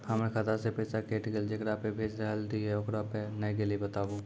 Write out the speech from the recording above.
हमर खाता से पैसा कैट गेल जेकरा पे भेज रहल रहियै ओकरा पे नैय गेलै बताबू?